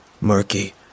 Murky